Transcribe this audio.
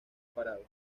parado